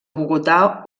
bogotà